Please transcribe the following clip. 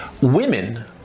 women